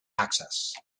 access